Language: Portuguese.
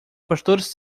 pastores